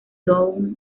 dow